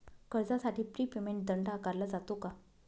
कर्जासाठी prepayment दंड आकारला जातो का?